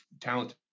talented